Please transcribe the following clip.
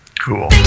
Cool